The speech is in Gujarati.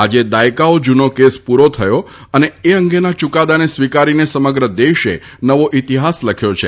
આજે દાયકાઓ જૂનો કેસ પૂરો થયો અને તે અંગેના ચૂકાદાને સ્વીકારીને સમગ્ર દેશે નવો ઇતિહાસ લખ્યો છે